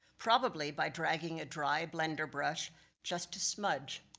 probably by dragging a dry blender brush just a smudge.